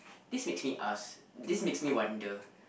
this makes me ask this makes me wonder